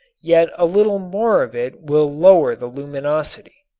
yet a little more of it will lower the luminosity.